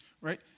Right